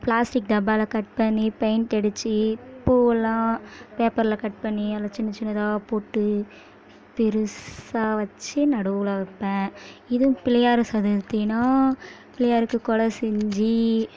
plastic டப்பாவில cut பண்ணி paint அடிச்சு பூவெலாம் பேப்பரில் கட் பண்ணி அதில் சின்ன சின்னதாக போட்டு பெரிசா வச்சு நடுவில் வைப்பேன் இதுவும் பிள்ளையார் சதுர்த்தினால் பிள்ளையாருக்கு கொடை செஞ்சு